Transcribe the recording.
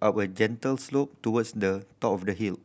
up a gentle slope towards the top of the hill